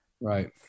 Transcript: Right